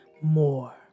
more